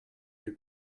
you